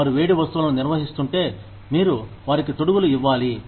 వారు వేడి వస్తువులను నిర్వహిస్తుంటే మీరు వారికి తొడుగులు ఇవ్వాలి